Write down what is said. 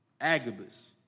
Agabus